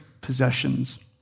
possessions